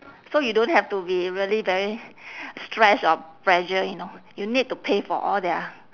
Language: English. so you don't have to be really very stressed or pressure you know you need to pay for all their